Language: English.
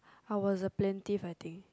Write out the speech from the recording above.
I was a plaintiff I think